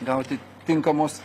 gauti tinkamus